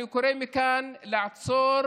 אני קורא מכאן לעצור